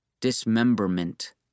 Dismemberment